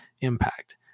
impact